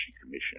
Commission